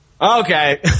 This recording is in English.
okay